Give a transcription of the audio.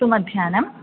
सुमध्यानं